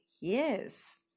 Yes